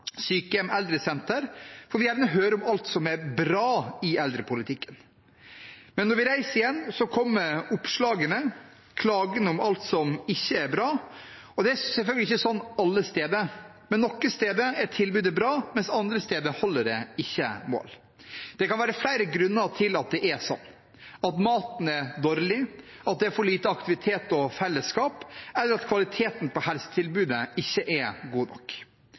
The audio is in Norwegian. sykehjem og eldresenter, får vi gjerne høre om alt som er bra i eldrepolitikken. Men når vi reiser igjen, kommer oppslagene, klagene om alt som ikke er bra. Det er selvfølgelig ikke sånn alle steder. Noen steder er tilbudet bra, mens andre steder holder det ikke mål. Det kan være flere grunner til at det er sånn – at maten er dårlig, at det er for lite aktivitet og fellesskap, eller at kvaliteten på helsetilbudet ikke er god nok.